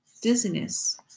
dizziness